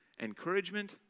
encouragement